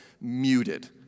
muted